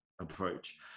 approach